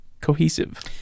cohesive